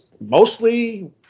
mostly